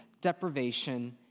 deprivation